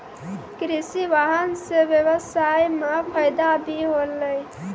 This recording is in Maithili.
कृषि वाहन सें ब्यबसाय म फायदा भी होलै